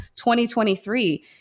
2023